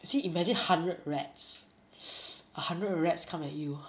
you see imagine hundred rats a hundred rats come at you